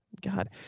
god